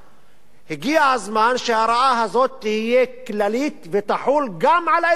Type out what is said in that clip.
הגיע הזמן שההוראה הזאת תהיה כללית ותחול גם על האזרחים הערבים.